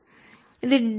எனவே ddt E